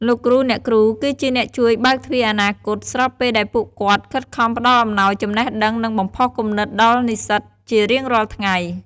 លោកគ្រូ អ្នកគ្រូគឺជាអ្នកជួយបើកទ្វារអនាគត ស្របពេលដែលពួកគាត់ខិតខំផ្តល់អំណោយចំណេះដឹង និងបំផុសគំនិតដល់និស្សិតជារៀងរាល់ថ្ងៃ។